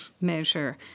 measure